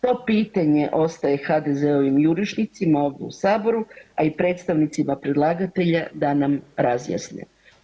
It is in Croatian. To pitanje ostaje HDZ-ovim jurišnicima ovdje u Saboru, a i predstavnicima predlagatelja da nam razjasne.